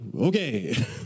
okay